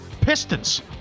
Pistons